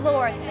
Lord